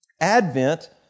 advent